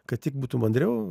kad tik būtų mandriau